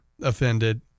offended